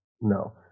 No